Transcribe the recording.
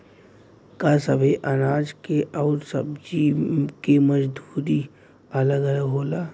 का सबे अनाज के अउर सब्ज़ी के मजदूरी अलग अलग होला?